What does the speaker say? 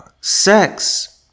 sex